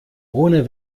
ohne